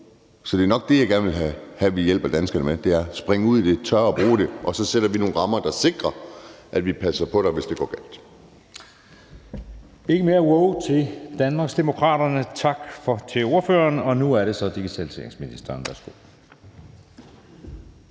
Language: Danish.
Så det er nok det, jeg gerne vil have, vi hjælper danskerne med, altså at springe ud i det, turde at bruge det. Og så sætter vi nogle rammer, der sikrer, at vi passer på dig, hvis det går galt. Kl. 18:08 Anden næstformand (Jeppe Søe): Tak til Danmarksdemokraternes ordfører. Nu er det så digitaliseringsministeren. Værsgo.